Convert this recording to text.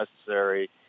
necessary